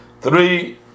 three